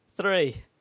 Three